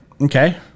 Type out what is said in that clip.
okay